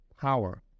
power